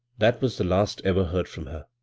that was the last ever heard from her.